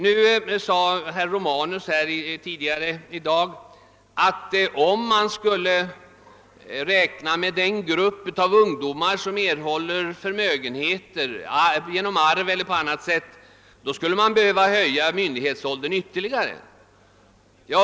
Herr Romanus sade tidigare i dag, att om man skulle räkna med den grupp av ungdomar som erhåller förmögenheter genom arv eller på annat sätt, så skulle man behöva höja myndighetsåldern ytterligare.